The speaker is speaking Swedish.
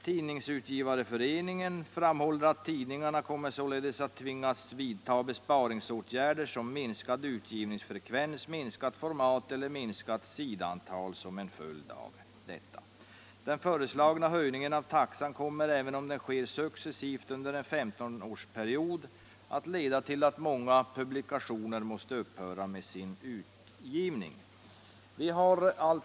Tidningsutgivareföreningen framhåller att tidningarna kommer att tvingas vidta besparingsåtgärder såsom minskad utgivningsfrekvens, minskat format eller minskat sidantal som en följd av höjningen. Den föreslagna höjningen av taxan kommer — även om den sker successivt under en 15-årsperiod — att leda till att många publikationer måste upphöra med sin utgivning, säger Tidningsutgivareföreningen.